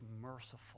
merciful